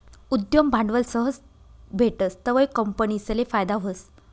उद्यम भांडवल सहज भेटस तवंय कंपनीसले फायदा व्हस